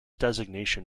designation